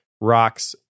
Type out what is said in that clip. Rocks